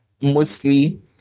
mostly